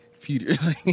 Peter